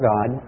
God